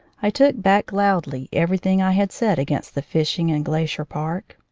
i took back loudly everything i had said against the fishing in glacier park.